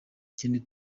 kindi